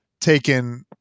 taken